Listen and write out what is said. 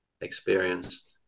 experienced